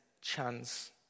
chance